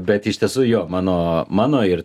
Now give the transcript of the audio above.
bet iš tiesų jo mano mano ir